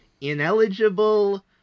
ineligible